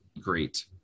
great